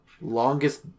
longest